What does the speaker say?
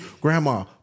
Grandma